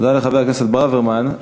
תודה לחבר הכנסת ברוורמן.